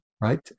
right